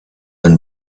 and